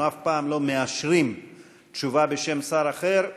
אנחנו אף פעם לא מאשרים תשובה בשם שר אחר.